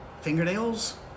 Fingernails